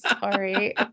Sorry